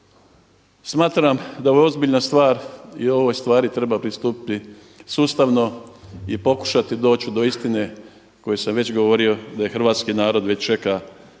Smatram da je ovo ozbiljna stvar i ovoj stvari treba pristupiti sustavno i pokušati doći do istine o kojoj sam već govorio da je hrvatski narod već čeka